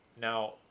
Now